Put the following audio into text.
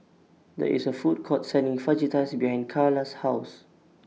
There IS A Food Court Selling Fajitas behind Carla's House